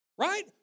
right